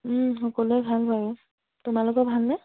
সকলোৰে ভাল বাৰু তোমালোকৰ ভালনে